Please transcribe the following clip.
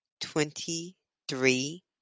twenty-three